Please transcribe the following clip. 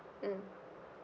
mm